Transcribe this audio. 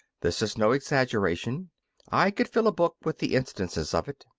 this is no exaggeration i could fill a book with the instances of it.